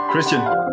Christian